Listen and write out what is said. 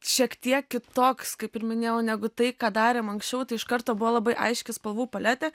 šiek tiek kitoks kaip ir minėjau negu tai ką darėm anksčiau tai iš karto buvo labai aiški spalvų paletė